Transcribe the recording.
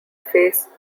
face